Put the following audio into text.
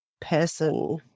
person